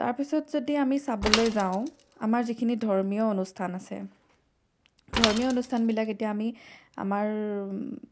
তাৰপিছত যদি আমি চাবলৈ যাওঁ আমাৰ যিখিনি ধৰ্মীয় অনুষ্ঠান আছে ধৰ্মীয় অনুষ্ঠানবিলাক এতিয়া আমি আমাৰ